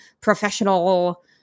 professional